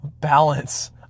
balance